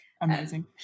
Amazing